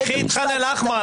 קחי כדוגמה את חאן אל אחמר.